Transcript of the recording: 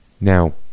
now